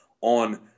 on